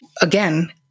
Again